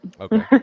okay